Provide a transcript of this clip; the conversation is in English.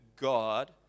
God